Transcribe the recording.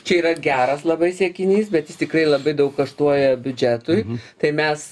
čia yra geras labai siekinys bet jis tikrai labai daug kaštuoja biudžetui tai mes